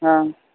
हा